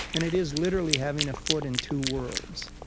and it is literally having a foot in two worlds.